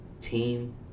team